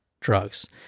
drugs